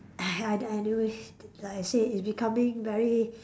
I I anyway like I said it's becoming very